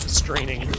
straining